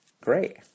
Great